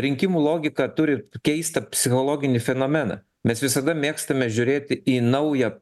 rinkimų logika turi keistą psichologinį fenomeną mes visada mėgstame žiūrėti į naują